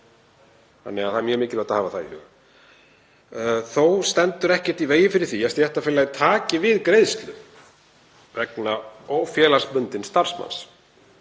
veikindum. Það er mjög mikilvægt að hafa það í huga. Þó stendur ekkert í vegi fyrir því að stéttarfélagið taki við greiðslu vegna ófélagsbundins starfsmanns